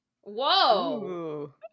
whoa